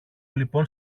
λοιπόν